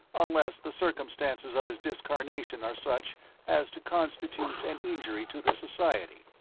unless the circumstances of his discarnation are such as to constitute an injury to the society.